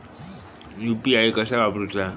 UPI कसा वापरूचा?